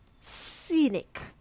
Scenic